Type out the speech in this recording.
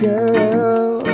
Girl